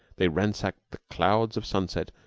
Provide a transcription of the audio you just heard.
they ransacked the clouds of sunset,